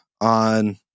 on